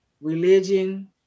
religion